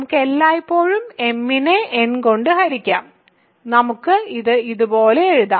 നമുക്ക് എല്ലായ്പ്പോഴും m നെ n കൊണ്ട് ഹരിക്കാം നമുക്ക് ഇത് ഇതുപോലെ എഴുതാം